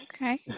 Okay